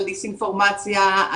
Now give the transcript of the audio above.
על דיסאינפורמציה,